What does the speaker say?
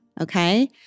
Okay